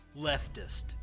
Leftist